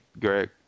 Greg